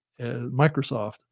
Microsoft